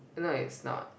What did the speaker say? no it's not